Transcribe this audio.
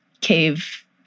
cave